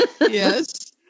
Yes